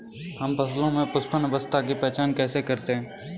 हम फसलों में पुष्पन अवस्था की पहचान कैसे करते हैं?